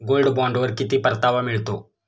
Gold बॉण्डवर किती परतावा मिळतो?